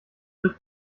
griff